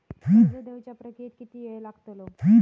कर्ज देवच्या प्रक्रियेत किती येळ लागतलो?